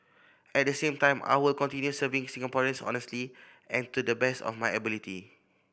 at the same time I will continue serving Singaporeans honestly and to the best of my ability